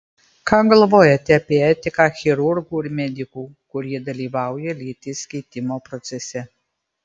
ką galvojate apie etiką chirurgų ir medikų kurie dalyvauja lyties keitimo procese